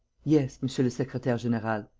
yes, monsieur le secretaire-general.